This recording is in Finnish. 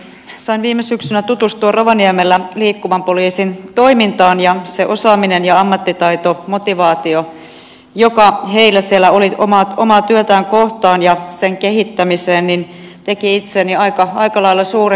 sain viime syksynä tutustua rovaniemellä liikkuvan poliisin toimintaan ja se osaaminen ja ammattitaito motivaatio joka heillä siellä oli omaa työtään kohtaan ja sen kehittämiseen teki itseeni aika lailla suurenkin vaikutuksen